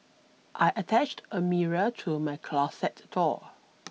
I attached a mirror to my closet door